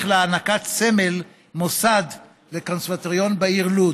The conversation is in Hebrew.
להענקת סמל מוסד לקונסרבטוריון בעיר לוד.